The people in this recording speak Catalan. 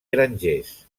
grangers